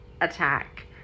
Attack